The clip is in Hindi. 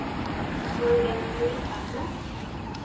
ऑन डे इंग्लिश का हैं